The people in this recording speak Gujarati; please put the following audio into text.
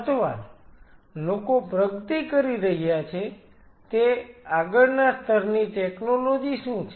અથવા લોકો પ્રગતિ કરી રહ્યા છે તે આગળના સ્તરની ટેકનોલોજી શું છે